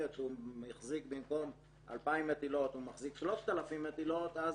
שהוא החזיק 3,000 מטילות במקום 2,000 מטילות,